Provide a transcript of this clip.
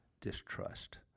distrust